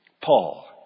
Paul